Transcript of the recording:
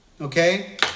okay